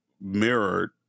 mirrored